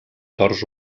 tors